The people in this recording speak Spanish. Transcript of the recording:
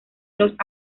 los